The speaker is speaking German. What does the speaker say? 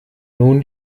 nun